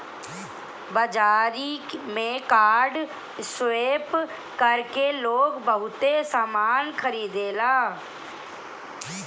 बाजारी में card swipe कर के लोग बहुते सामना खरीदेला